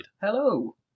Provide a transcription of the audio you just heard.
Hello